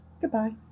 Goodbye